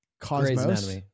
Cosmos